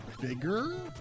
bigger